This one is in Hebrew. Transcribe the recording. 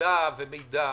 מדע ומידע,